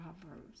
Proverbs